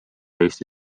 eesti